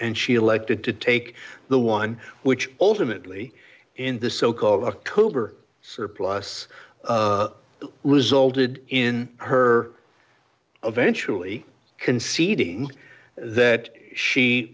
and she elected to take the one which ultimately in the so called october surplus resulted in her eventual e conceding that she